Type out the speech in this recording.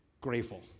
grateful